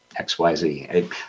XYZ